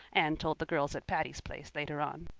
anne told the girls at patty's place later on.